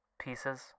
Pieces